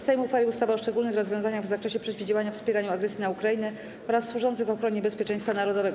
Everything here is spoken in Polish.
Sejm uchwalił ustawę o szczególnych rozwiązaniach w zakresie przeciwdziałania wspieraniu agresji na Ukrainę oraz służących ochronie bezpieczeństwa narodowego.